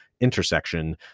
intersection